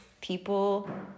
people